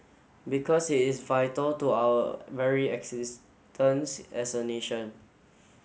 because it is vital to our very existence as a nation